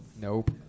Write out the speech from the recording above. nope